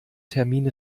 termin